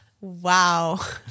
wow